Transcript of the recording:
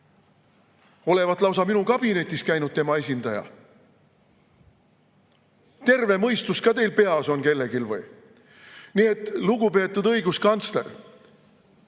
Olevat lausa minu kabinetis käinud tema esindaja. Terve mõistus ka teil peas on kellelgi või?!Nii et, lugupeetud õiguskantsler,